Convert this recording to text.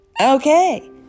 Okay